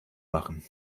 machen